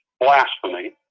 blasphemy